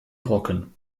brocken